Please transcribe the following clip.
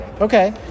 Okay